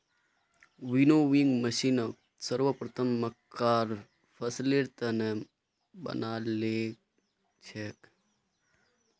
winnowing मशीनक सर्वप्रथम मक्कार फसलेर त न बनाल गेल छेक